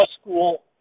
school